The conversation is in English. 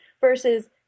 versus –